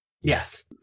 Yes